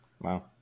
Wow